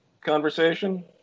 conversation